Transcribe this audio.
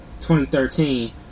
2013